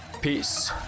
Peace